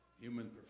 human